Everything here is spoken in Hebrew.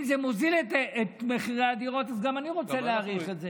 אם זה מוריד את מחירי הדירות אז גם אני רוצה להאריך את זה.